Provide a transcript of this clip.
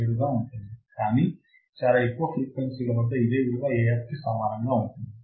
707 గా ఉంటుంది కానీ చాలా ఎక్కువ ఫ్రీక్వెన్సీల వద్ద ఇదే విలువ Af కి సమానంగా ఉంటుంది